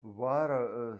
water